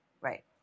right